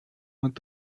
und